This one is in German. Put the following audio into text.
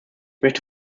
möchte